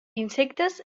insectes